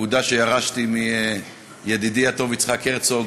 שירשתי מידידי הטוב יצחק הרצוג